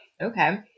okay